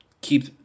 keep